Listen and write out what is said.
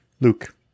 Luke